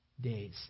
days